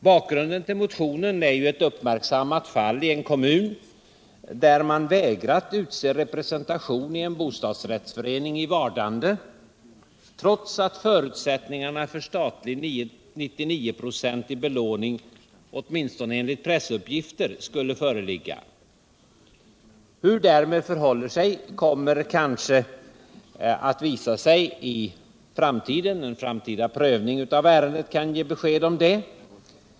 Bakgrunden till motionen är ett uppmärksam mat fall ten kommun där man vägrat utse representation i cn bostadsrättsförening i vardande. trots att förutsättningarna för statlig 99-procentig belåning — åtminstone enligt pressuppgifter — skulle föreligga. Hur därmed förhåller sig kommer kanske den framtida prövningen av ärendet att kunna ge besked om.